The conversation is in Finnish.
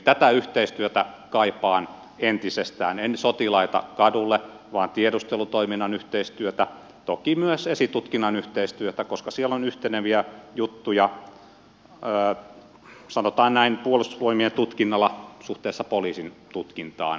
tätä yhteistyötä kaipaan entisestään en sotilaita kadulle vaan tiedustelutoiminnan yhteistyötä toki myös esitutkinnan yhteistyötä koska siellä on yhteneviä juttuja sanotaan näin puolustusvoimien tutkinnalla suhteessa poliisin tutkintaan